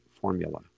formula